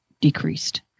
decreased